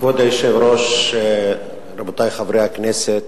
כבוד היושב-ראש, רבותי חברי הכנסת,